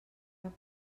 cap